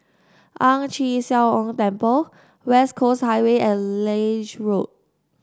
Ang Chee Sia Ong Temple West Coast Highway and Lange Road